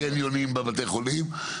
קניונים בבתי חולים.